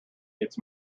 it’s